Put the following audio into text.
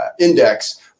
index